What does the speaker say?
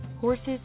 Horses